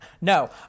No